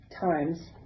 times